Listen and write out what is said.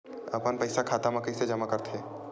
अपन पईसा खाता मा कइसे जमा कर थे?